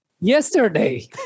Yesterday